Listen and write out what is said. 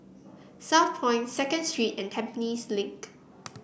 Southpoint Second Street and Tampines Link